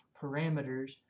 parameters